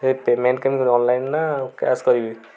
ହେ payment କେମିତି ନବ online ନା କ୍ୟାସ୍ କରିବି